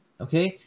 okay